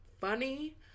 funny